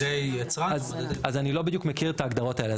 אז אני לא בדיוק מכיר את ההגדרות האלה.